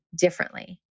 differently